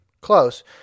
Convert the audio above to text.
Close